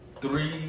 three